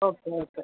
okay okay